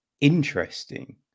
interesting